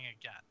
again